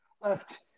left